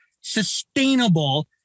sustainable